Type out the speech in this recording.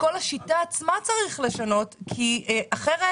אחרת